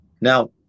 Now